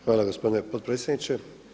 Hvala gospodine potpredsjedniče.